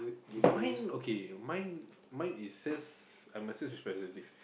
mine okay mine mine is sales I'm a sales representative